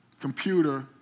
computer